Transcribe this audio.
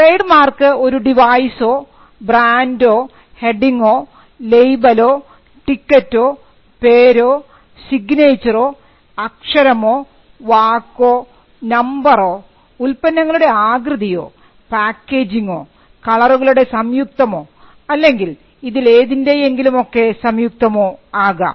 trade mark ഒരു ഡിവൈസോ ബ്രാൻഡോ ഹെഡിംങോ ലേബലോ ടിക്കറ്റോ പേരോ സിഗ്നേച്ചറോ അക്ഷരമോ വാക്കോ നമ്പറോ ഉൽപ്പന്നങ്ങളുടെ ആകൃതിയോ പാക്കേജിങോ കളറുകളുടെ സംയുക്തമോ അല്ലെങ്കിൽ ഇതിൽ ഏതിൻറെയെങ്കിലും ഒക്കെ സംയുക്തമോ ആകാം